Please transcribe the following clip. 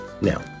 Now